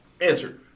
Answer